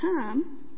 time